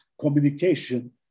communication